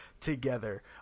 together